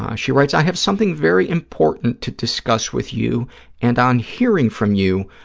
um she writes, i have something very important to discuss with you and, on hearing from you,